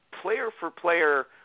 player-for-player